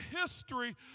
history